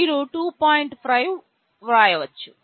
5 వ్రాయవచ్చు